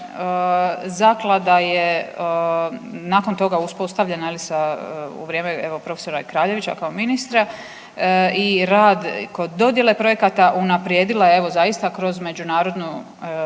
zaklada je nakon toga uspostavljena je li sa, u vrijeme evo profesora i Kraljevića kao ministra i rad kod dodijele projekata unaprijedila je evo zaista kroz međunarodnu recenziju